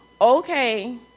Okay